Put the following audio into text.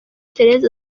thérèse